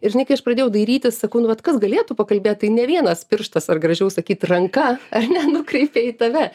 ir žinai kai aš pradėjau dairytis sakau nu vat kas galėtų pakalbėt tai ne vienas pirštas ar gražiau sakyt ranka ar ne nukreipia į tave